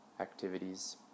activities